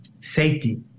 safety